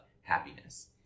happiness